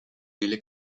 nelle